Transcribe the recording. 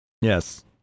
yes